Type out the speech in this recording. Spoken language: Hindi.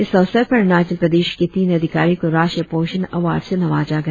इस अवसर पर अरुणाचल प्रदेश के तीन अधिकारियों को राष्ट्रीय पोषण अवार्ड से नवाजा गया